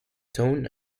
tone